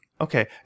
Okay